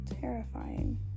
terrifying